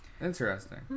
interesting